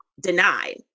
denied